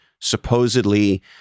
supposedly